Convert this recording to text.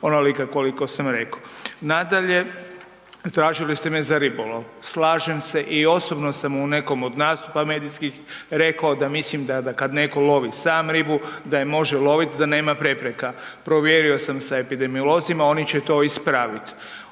onolika koliko sam rekao. Nadalje, tražili ste me za ribolov, slažem se i osobno sam u nekom od nastupa medijskih rekao da mislim da kad netko lovi sam ribu da je može loviti, da nema prepreka, provjerio sam sa epidemiolozima oni će to ispraviti.